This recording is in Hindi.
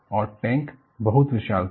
और टैंक बहुत विशाल था